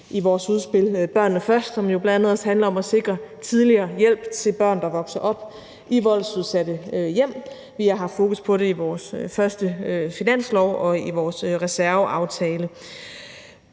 i vores udspil »Børnene Først«, som bl.a. også handler om at sikre en tidligere hjælp til børn, der vokser op i voldsudsatte hjem, og vi har haft fokus på det i vores første finanslov og i vores reserveaftale.